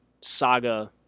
saga